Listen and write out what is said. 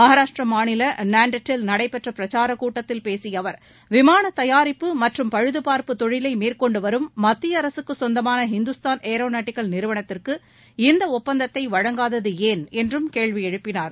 மஹாராஷ்ட்ர மாநில நான்டெட் டில் நடைபெற்ற பிரச்சாரக் கூட்டத்தில் பேசிய அவர் விமான தயாரிப்பு மற்றும் பழுதபார்ப்பு தொழிலை மேற்கொண்டு வரும் மத்திய அரசுக்குச் சொந்தமான இந்துஸ்தான் ஏரோநேட்டிக்கல் நிறுவனத்திற்கு இந்த ஒப்பந்தத்தை வழங்காதது ஏன் என்றும் கேள்வி எழுப்பினார்